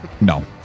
no